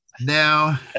Now